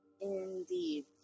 Indeed